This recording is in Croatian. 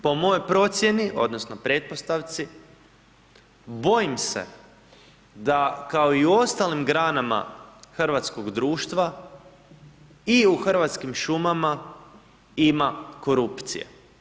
Po mojoj procjeni odnosno pretpostavci bojim se da kao i u ostalim granama hrvatskog društva i u Hrvatskim šumama ima korupcije.